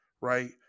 right